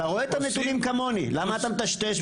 אתה רואה את הנתונים כמוני, למה אתה מטשטש?